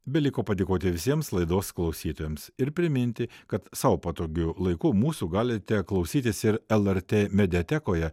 beliko padėkoti visiems laidos klausytojams ir priminti kad sau patogiu laiku mūsų galite klausytis ir lrt mediatekoje